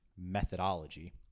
methodology